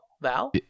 Val